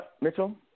Mitchell